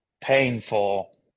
painful